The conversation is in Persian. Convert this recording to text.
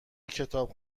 کتاب